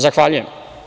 Zahvaljujem.